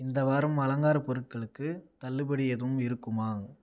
இந்த வாரம் அலங்கார பொருட்களுக்கு தள்ளுபடி எதுவும் இருக்குமா